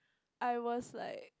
I was like